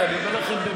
אותך שאלות.